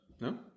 No